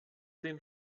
den